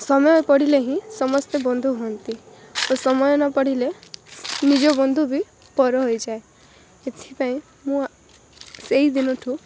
ସମୟ ପଡ଼ିଲେ ହିଁ ସମସ୍ତେ ବନ୍ଧୁ ହଅନ୍ତି ଓ ସମୟ ନପଡ଼ିଲେ ନିଜ ବନ୍ଧୁ ବି ପର ହେଇଯାଏ ଏଥିପାଇଁ ମୁଁ ସେଇଦିନଠୁ